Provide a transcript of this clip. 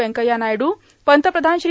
व्यंकथ्या नायडू पंतप्रधान श्री